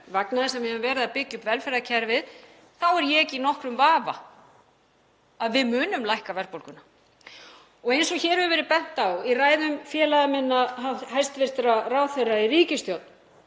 vegna þess að við höfum verið að byggja upp velferðarkerfið — þá er ég ekki í nokkrum vafa að við munum lækka verðbólguna. Eins og hér hefur verið bent á í ræðum félaga minna, hæstv. ráðherra í ríkisstjórn,